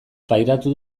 pairatu